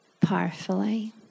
powerfully